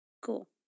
Cool